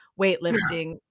weightlifting